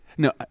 No